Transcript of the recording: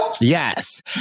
yes